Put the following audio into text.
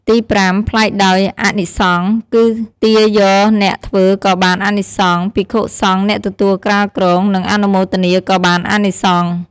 ទីប្រាំ ប្លែកដោយអានិសង្ស គឺទាយកអ្នកធ្វើក៏បានអានិសង្ស ភិក្ខុសង្ឃអ្នកទទួលក្រាលគ្រង និងអនុមោទនាក៏បានអានិសង្ឃ។